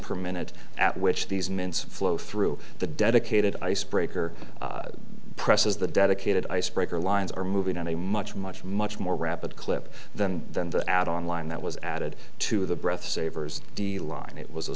per minute at which these mints flow through the dedicated ice breaker presses the dedicated ice breaker lines are moving at a much much much more rapid clip than than the add on line that was added to the breath savers the line it was a